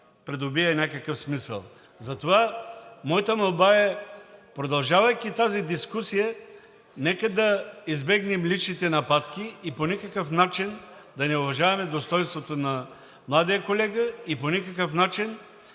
придобие някакъв смисъл. Затова моята молба е, продължавайки тази дискусия, нека да избегнем личните нападки и по никакъв начин да не унижаваме достойнството на младия колега и по никакъв начин